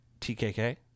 TKK